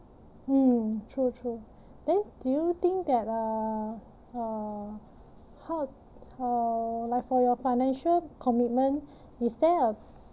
mm true true then do you think that uh uh how uh like for your financial commitment is there a